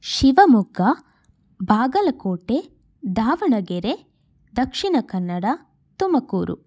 Shivamogga Bagalkote Davanagere Dakshina Kannada Tumakuru